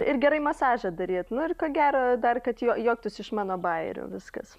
ir gerai masažą daryt nu ir ko gero dar kad juo juoktųs iš mano bajerių viskas